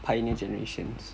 pioneer generations